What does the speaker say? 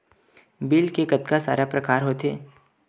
Bill के कतका सारा प्रकार होथे?